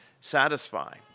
satisfy